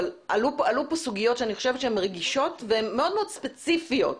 אבל עלו פה סוגיות שאני חושבת שהן רגישות והן מאוד מאוד ספציפיות,